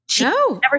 No